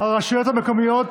הרשויות המקומיות,